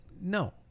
No